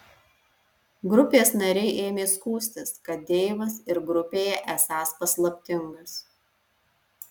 grupės nariai ėmė skųstis kad deivas ir grupėje esąs paslaptingas